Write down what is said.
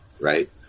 right